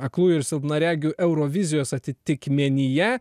aklųjų ir silpnaregių eurovizijos atitikmenyje